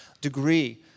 degree